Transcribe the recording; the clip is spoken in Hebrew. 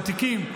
את התיקים.